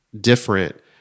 different